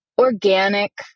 organic